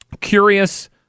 curious